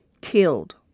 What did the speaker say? killed